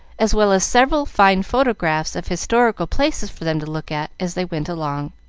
as well as several fine photographs of historical places for them to look at as they went along.